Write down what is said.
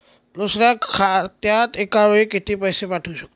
दुसऱ्या खात्यात एका वेळी किती पैसे पाठवू शकतो?